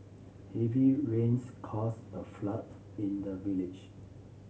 heavy rains caused a flood in the village